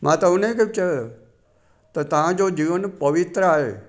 मां त उन्हनि खे बि चओ त तव्हांजे जीवन पवित्र आहे